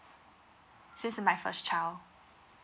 since is my first child